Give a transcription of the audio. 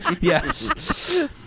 Yes